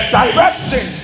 direction